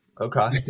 Okay